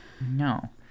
No